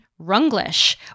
Runglish